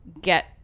get